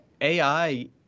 AI